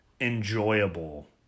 enjoyable